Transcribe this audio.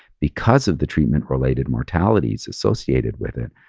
because of the treatment related mortalities associated with it,